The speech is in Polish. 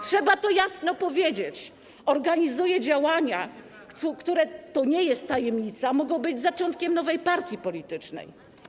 Trzeba to jasno powiedzieć: organizuje działania, które - to nie jest tajemnica - mogą być zaczątkiem nowej partii politycznej.